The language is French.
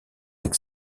avec